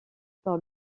par